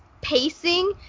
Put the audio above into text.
pacing